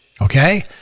okay